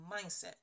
mindset